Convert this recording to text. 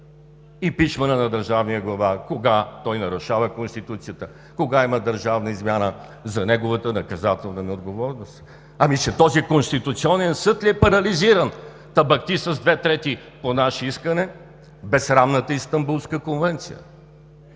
импийчмънта на държавния глава – кога той нарушава Конституцията, кога има държавна измяна, за неговата наказателна неотговорност. Ами че този Конституционен съд ли е парализиран, та бастиса с две трети по наше искане безсрамната Истанбулска конвенция?